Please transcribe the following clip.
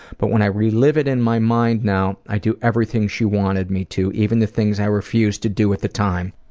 but when i relive it in my mind now i do everything she wanted me to, even the things i refused to do at the time.